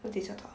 我等一下找